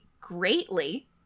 greatly